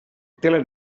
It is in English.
teller